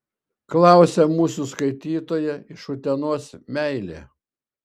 klausia mūsų skaitytoja iš utenos meilė